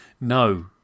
No